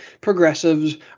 progressives